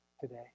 today